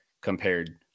compared